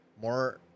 more